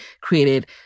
created